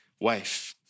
wife